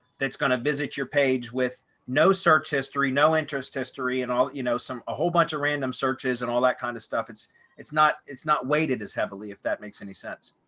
that's going to visit your page with no search history, no interest history and all you know, some a whole bunch of random searches and all that kind of stuff. it's it's not it's not weighted as heavily if that makes any sense.